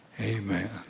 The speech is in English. Amen